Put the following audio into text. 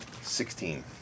Sixteen